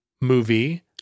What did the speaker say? movie